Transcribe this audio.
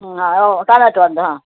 ಹಾಂ ಟಮೇಟೊ ಒಂದು ಹಾಂ